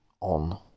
on